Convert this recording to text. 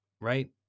right